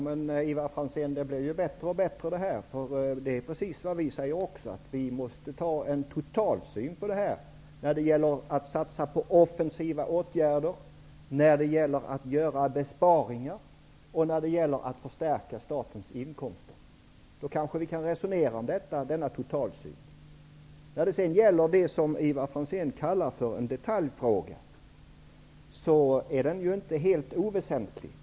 Herr talman! Det här blir bättre och bättre, Ivar Franzén. Socialdemokraterna säger precis detsamma, nämligen att vi måste ha en totalsyn när det gäller att satsa på offensiva åtgärder, att göra besparingar och att förstärka statens inkomster. Vi kan alltså kanske diskutera denna totalsyn. Det som Ivar Franzén kallar för en detaljfråga är inte helt oväsentligt.